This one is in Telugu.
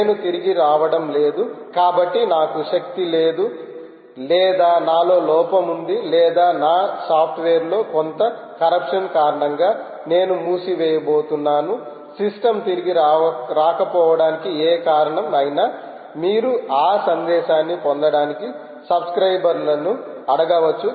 నేను తిరిగి రావడం లేదు కాబట్టి నాకు శక్తి లేదు లేదా నాలో లోపం ఉంది లేదా నా సాఫ్ట్వేర్లో కొంత కరప్షన్ కారణంగా నేను మూసివేయబోతున్నాను సిస్టమ్ తిరిగి రాకపోవడానికి ఏ కారణం అయినా మీరు ఆ సందేశాన్ని పొందడానికి సబ్స్క్రయిబర్ లను అడగవచ్చు